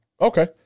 Okay